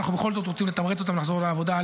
אנחנו בכל זאת רוצים לתמרץ אותם לחזור לעבודה,